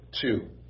two